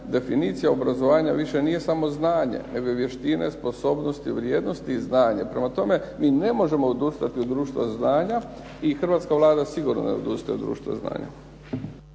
definicija obrazovanja više nije samo znanje, nego i vještine, sposobnosti, vrijednosti i znanje. Prema tome, mi ne možemo odustati od društva znanja i hrvatska Vlada sigurno ne odustaje od društva znanja.